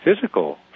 physical